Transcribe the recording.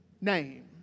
Name